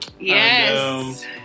Yes